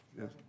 Yes